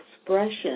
expression